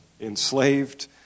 enslaved